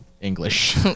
English